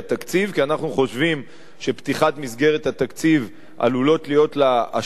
כי אנחנו חושבים שפתיחת מסגרת התקציב עלולות להיות לה השלכות